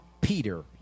Peter